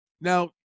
Now